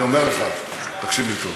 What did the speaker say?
אני אומר לך, תקשיב לי טוב: